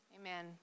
Amen